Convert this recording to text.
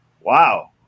Wow